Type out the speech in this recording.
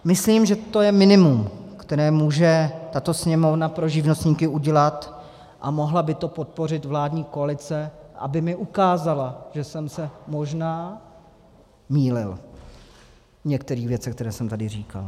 Myslím, že to je minimum, které může tato Sněmovna pro živnostníky udělat, a mohla by to podpořit vládní koalice, aby mi ukázala, že jsem se možná mýlil v některých věcech, které jsem tady říkal.